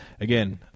Again